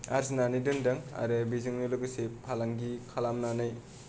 आर्जिनानै दोन्दों आरो बेजोंनो लोगोसे फालांगि खालामनानै